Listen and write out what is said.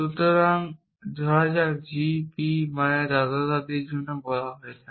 ধরা যাক g p মানে দাদা দাদির জন্য বলা যাক